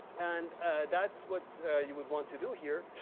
and that's what you would want to do here,